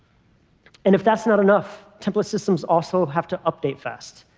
and if that's not enough, template systems also have to update fast.